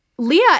Leah